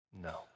No